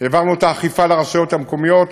והעברנו את האכיפה לרשויות המקומיות,